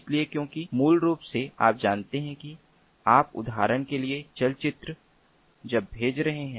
इसलिए क्योंकि मूल रूप से आप जानते हैं कि आप उदाहरण के लिए चलचित्र जब भेज रहे हैं